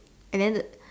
and then